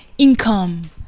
Income